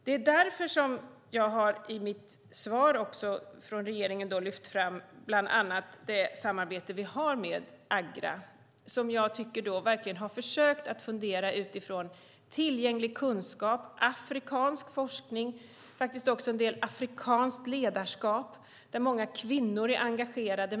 Det är därför som jag i mitt svar från regeringen också har lyft fram bland annat det samarbete vi har med Agra som jag tycker verkligen har försökt fundera utifrån tillgänglig kunskap, afrikansk forskning och faktiskt också en del afrikanskt ledarskap där många kvinnor är engagerade.